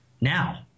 Now